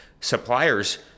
Suppliers